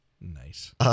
Nice